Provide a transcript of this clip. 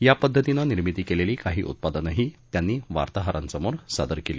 या पद्धतीनं निर्मिती केलेली काही उत्पादनंही त्यांनी वार्ताहरांसमोर सादर केली